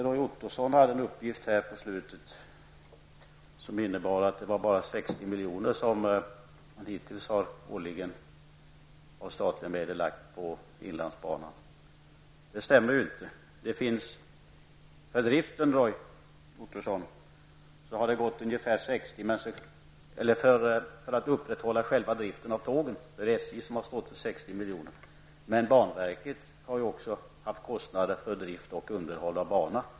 Roy Ottosson presenterade på slutet en uppgift om att det hittills bara har lagts 60 milj.kr. årligen av statliga medel på inlandsbanan. Det stämmer inte. SJ har stått för 60 miljoner för upprätthållandet av själva driften av tågen, men banverket har ju också haft kostnader för drift och underhåll av bana.